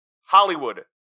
Hollywood